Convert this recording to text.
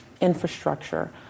infrastructure